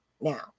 now